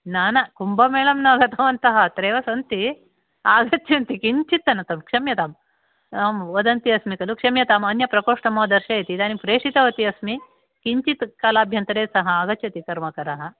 न न कुम्भमेलं न गतवन्तः अत्रैव सन्ति आगच्छन्ति किञ्चित् दनतं क्षम्यताम् अहं वदन्ती अस्मि खलु क्षम्यताम् अन्यप्रकोष्ठं वा दर्शयति इदानीं प्रेषितवती अस्मि किञ्चित् कालाभ्यन्तरे सः आगच्छति कर्मकरः